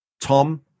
Tom